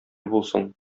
булсын